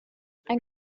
ein